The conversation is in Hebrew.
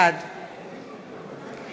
בעד